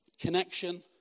Connection